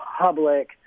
public